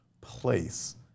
place